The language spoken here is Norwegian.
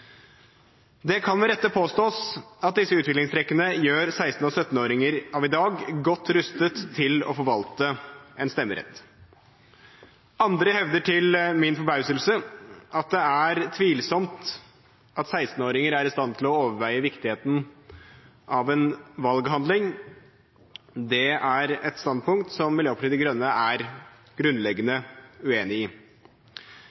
Det kan med rette påstås at disse utviklingstrekkene gjør 16-åringer og 17-åringer av i dag godt rustet til å forvalte en stemmerett. Andre hevder til min forbauselse at det er tvilsomt at 16-åringer er i stand til å overveie viktigheten av en valghandling. Det er et standpunkt som Miljøpartiet De Grønne er grunnleggende